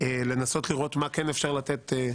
לנסות לראות מה כן אפשר לתת,